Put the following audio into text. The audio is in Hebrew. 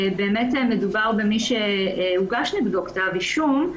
באמת מדובר במי שהוגש נגדו כתב אישום.